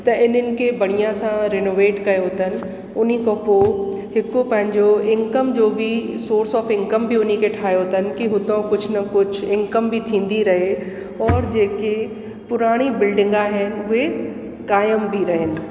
त हिननि खे बढ़िया सां रेनोवेट कयो अथनि उन खां पोइ हिकु पंहिंजो इनकमम जो बि सोर्स ओफ इनकम बि उन खे ठाहियो अथनि की हुतां कुझ न कुझु इनकम बि थींदी रहे औरि जेकी पुराणी बिल्डिंग आहिनि उहे क़ाइम बि रहनि